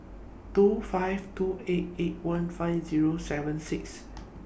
two five two eight eight one five Zero seven six